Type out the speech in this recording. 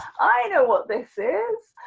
i know what this is,